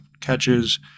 catches